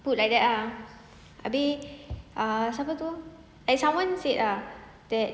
put like that ah abeh ah siapa tu like someone said ah that